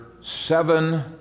seven